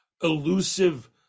elusive